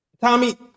Tommy